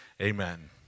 amen